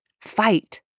fight